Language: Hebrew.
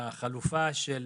החלופה היא של